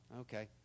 Okay